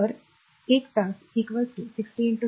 तर 1 तास 60 6